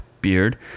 beard